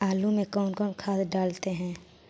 आलू में कौन कौन खाद डालते हैं?